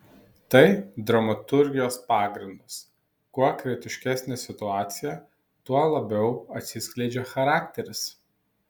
tai dramaturgijos pagrindas kuo kritiškesnė situacija tuo labiau atsiskleidžia charakteris